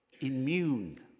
immune